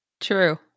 True